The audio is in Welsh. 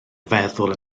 feddwl